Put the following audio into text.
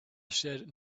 said